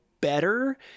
better